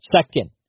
Second